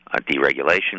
deregulation